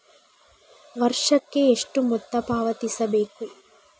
ವರ್ಷಕ್ಕೆ ಎಷ್ಟು ಮೊತ್ತ ಪಾವತಿಸಬೇಕು?